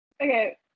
Okay